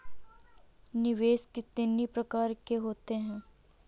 निवेश कितनी प्रकार के होते हैं?